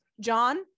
john